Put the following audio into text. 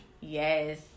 Yes